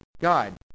God